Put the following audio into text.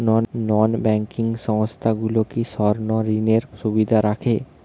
নন banking সংস্থাগুলো কি স্বর্ণঋণের সুবিধা রাখে?